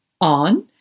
on